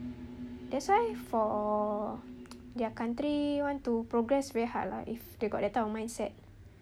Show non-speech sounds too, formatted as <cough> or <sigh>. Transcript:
that's why for <noise> their country want to progress very hard lah if they got that type of mindset